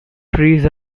trees